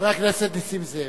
חבר הכנסת נסים זאב,